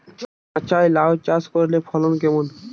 মাচায় লাউ চাষ করলে ফলন কেমন?